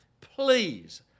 please